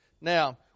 Now